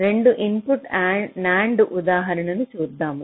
2 input NAND ఉదాహరణను చూద్దాం